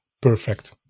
perfect